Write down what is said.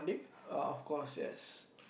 err of course yes